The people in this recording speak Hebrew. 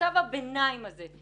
במצב הביניים הזה?